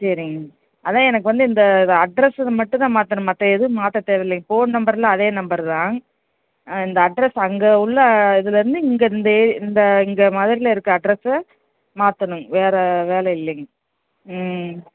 சேரிங்க அதுதான் எனக்கு வந்து இந்த அட்ரெஸ் இது மட்டும்தான் மாற்றணும் மற்ற எதுவும் மாற்ற தேவை இல்லைங்க ஃபோன் நம்பரெலாம் அதே நம்பர்தாங்க இந்த அட்ரெஸ் அங்கே உள்ள இதுலிருந்து இங்கே இந்த ஏ இந்த இங்கே மதுரையில் இருக்கற அட்ரெஸ்ஸை மாத்தணுங்க வேறு வேலை இல்லைங்க ம்